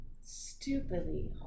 Stupidly